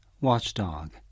watchdog